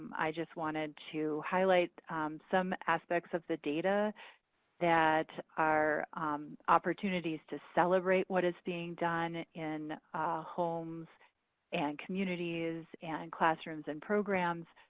i just wanted to highlight some aspects of the data that are opportunities to celebrate what is being done in homes and communities and and classrooms and programs,